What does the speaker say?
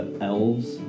elves